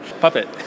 Puppet